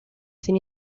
sin